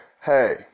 Hey